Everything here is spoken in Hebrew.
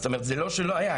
זאת אומרת, זה לא שלא היה.